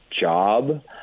job